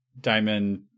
diamond